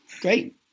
great